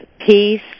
Peace